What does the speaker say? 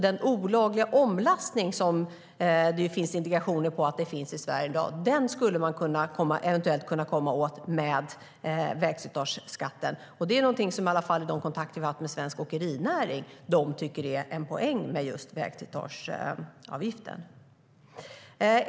Den olagliga omlastning som det finns indikationer på finns i Sverige skulle man alltså eventuellt kunna komma åt med vägslitageskatten. Svensk åkerinäring tycker att det finns en poäng med vägslitageavgiften, i alla fall enligt de kontakter vi har haft med dem.